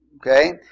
Okay